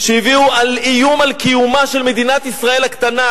שהביאו איום על קיומה של מדינת ישראל הקטנה,